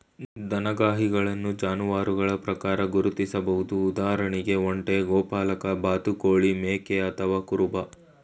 ದನಗಾಹಿಗಳನ್ನು ಜಾನುವಾರುಗಳ ಪ್ರಕಾರ ಗುರ್ತಿಸ್ಬೋದು ಉದಾಹರಣೆಗೆ ಒಂಟೆ ಗೋಪಾಲಕ ಬಾತುಕೋಳಿ ಮೇಕೆ ಅಥವಾ ಕುರುಬ